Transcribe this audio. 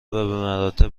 بمراتب